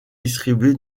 distribuée